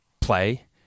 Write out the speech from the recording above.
play